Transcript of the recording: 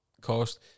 Cost